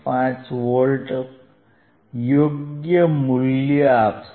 5 volt યોગ્ય મુલ્ય મુજબ આપશે